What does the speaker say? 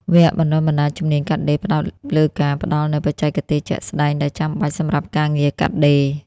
វគ្គបណ្តុះបណ្តាលជំនាញកាត់ដេរផ្តោតលើការផ្តល់នូវបច្ចេកទេសជាក់ស្តែងដែលចាំបាច់សម្រាប់ការងារកាត់ដេរ។